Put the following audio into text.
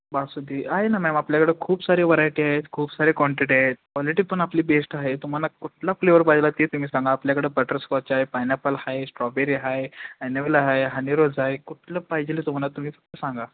बासुंदी आहे ना मॅम आपल्याकडं खूप सारे व्हरायटी आहेत खूप सारे कॉंटिटी आहेत कॉलिटी पण आपली बेस्ट आहे तुम्हाला कुठला फ्लेवर पाहिजे आहे ते तुम्ही सांगा आपल्याकडं बटरस्कॉच आहे पायनॅपल आहे स्ट्रॉबेरी आहे ॲनेवेला आहे हनीरोज आहे कुठलं पाहिजे आहे तुम्हाला तुम्ही फक्त सांगा